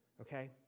okay